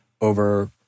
over